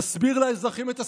נסביר לאזרחים את הסכנה.